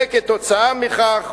וכתוצאה מכך,